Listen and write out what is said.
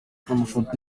amafoto